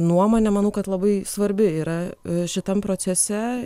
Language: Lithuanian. nuomonė manau kad labai svarbi yra šitam procese